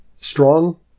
Strong